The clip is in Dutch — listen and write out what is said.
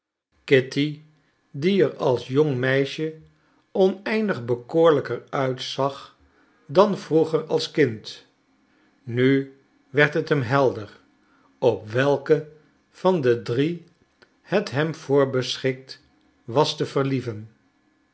kitty die er als jong meisje oneindig bekoorlijker uitzag dan vroeger als kind nu werd het hem helder op welke van de drie het hem voorbeschikt was te verlieven